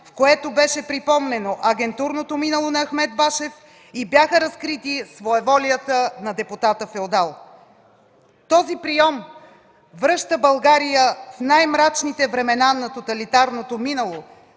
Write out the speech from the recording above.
в което беше припомнено агентурното минало на Ахмед Башев и бяха разкрити своеволията на депутата-феодал. Този приом връща България в най-мрачните времена на тоталитарното минало,